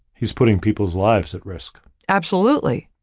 he's putting people's lives at risk. absolutely.